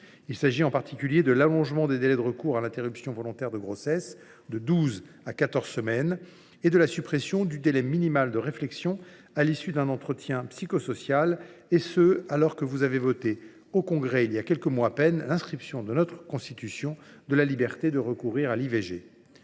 Je pense en particulier à l’allongement des délais de recours à l’interruption volontaire de grossesse (IVG) de douze à quatorze semaines et à la suppression du délai minimal de réflexion à l’issue d’un entretien psychosocial, étant entendu que vous avez voté en Congrès, il y a quelques mois à peine, l’inscription dans notre Constitution de la liberté de recourir à l’IVG.